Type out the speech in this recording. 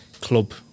Club